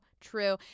true